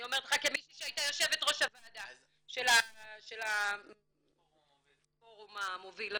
אני אומרת לך כמישהי שהייתה יו"ר הוועדה של הפורום המוביל הזה.